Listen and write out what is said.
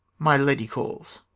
my lady calls.